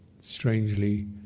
strangely